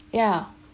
yeah